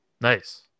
Nice